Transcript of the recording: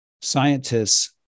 scientists